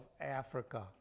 Africa